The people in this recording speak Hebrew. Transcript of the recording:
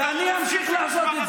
ואתם באים להגיד היום שרוצים לאכוף,